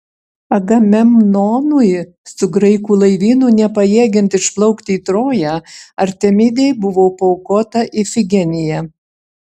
agamemnonui su graikų laivynu nepajėgiant išplaukti į troją artemidei buvo paaukota ifigenija